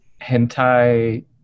hentai